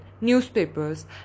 newspapers